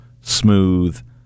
smooth